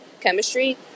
chemistry